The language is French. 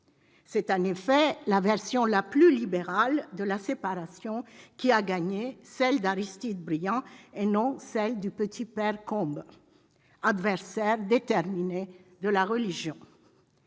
C'est en effet la version la plus libérale de cette séparation qui a gagné : celle d'Aristide Briand, et non celle du « petit père Combes », adversaire déterminé de la religion.